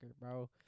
bro